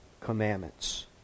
commandments